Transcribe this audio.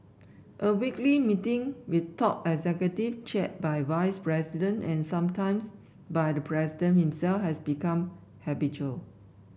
a weekly meeting with top executive chaired by vice president and sometimes by the president himself has become habitual